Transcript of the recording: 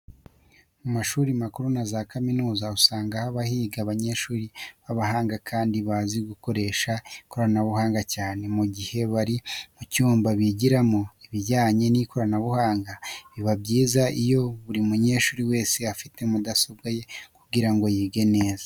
Mu mashuri makuru na za kaminuza usanga haba higa abanyeshuri b'abahanga kandi bazi gukoresha ikoranabuhanga cyane. Mu gihe bari mu cyumba bigiramo ibijyanye n'ikoranabuhanga, biba byiza iyo buri munyeshuri wese afite mudasobwa ye kugira ngo yige neza.